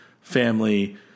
family